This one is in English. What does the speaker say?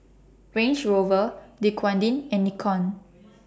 Range Rover Dequadin and Nikon